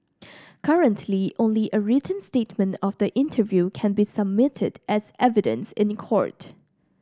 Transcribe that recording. currently only a written statement of the interview can be submitted as evidence in court